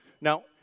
Now